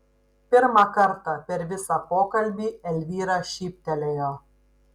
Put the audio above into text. pirmą kartą per visą pokalbį elvyra šyptelėjo